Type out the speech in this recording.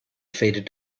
faded